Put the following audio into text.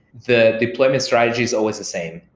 the deployment strategy is always the same.